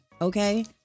Okay